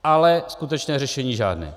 Ale skutečné řešení žádné.